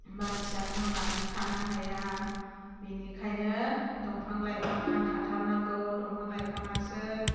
मानसिया थांनानै थानो हाया बिनिखायनो दंफां लाइफाङा थाथार नांगौ दंफां लाइफाङासो